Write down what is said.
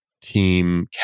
team